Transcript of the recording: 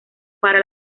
para